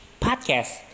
podcast